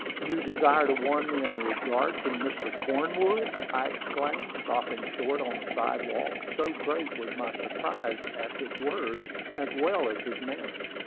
you desire to warn me in regard to mr. cornwood! i exclaimed, stopping short on the sidewalk, so great was my surprise at his words, as well as his manner.